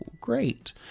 great